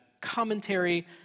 commentary